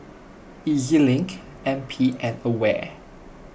E Z Link N P and Aware